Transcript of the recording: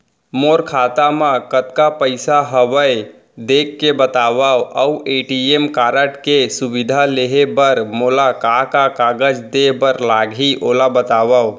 मोर खाता मा कतका पइसा हवये देख के बतावव अऊ ए.टी.एम कारड के सुविधा लेहे बर मोला का का कागज देहे बर लागही ओला बतावव?